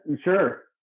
sure